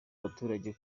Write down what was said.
abaturage